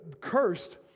cursed